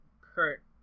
Kurt